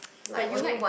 but you like